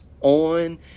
on